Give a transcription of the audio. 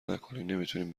نکنین، نمیتونین